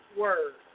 word